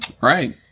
Right